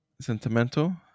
Sentimental